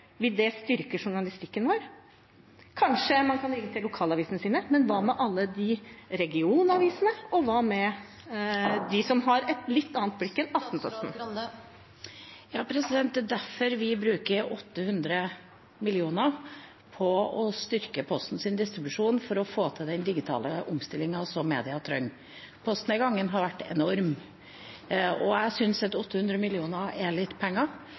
Vil det styrke journalistikken vår? Kanskje man kan ringe til lokalavisene sine, men hva med alle regionavisene, og hva med dem som har et litt annet blikk enn Aftenposten? Det er derfor vi bruker 800 mill. kr på å styrke Postens distribusjon for å få til den digitale omstillingen som media trenger. Postnedgangen har vært enorm. Jeg syns at 800 mill. kr er litt penger.